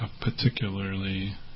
particularly